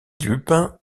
lupin